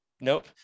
nope